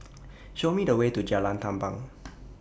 Show Me The Way to Jalan Tampang